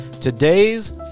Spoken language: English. today's